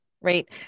right